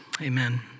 amen